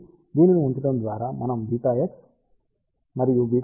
కాబట్టి దీనిని ఉంచడం ద్వారా మనం βx మరియు βy విలువను కనుగొనవచ్చు